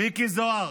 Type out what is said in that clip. מיקי זוהר,